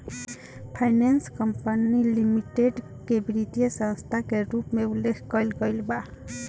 finance company limited के वित्तीय संस्था के रूप में उल्लेख कईल गईल बा